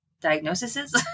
diagnoses